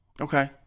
Okay